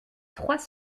trois